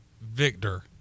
Victor